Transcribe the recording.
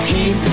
Keep